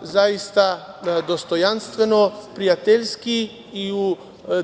zaista dostojanstveno, prijateljski i u